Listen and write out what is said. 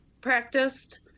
practiced